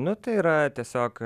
nu tai yra tiesiog